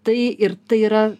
tai ir tai yra